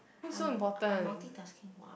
I'm mul~ I am multitasking [what]